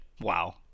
Wow